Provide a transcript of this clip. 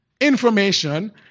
information